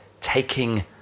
taking